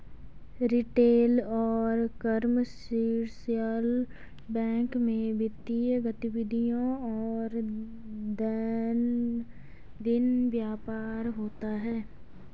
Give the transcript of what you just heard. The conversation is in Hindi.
रिटेल और कमर्शियल बैंक में वित्तीय गतिविधियों और दैनंदिन व्यापार होता है